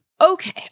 Okay